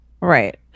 right